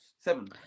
seven